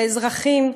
ואזרחים.